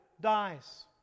dies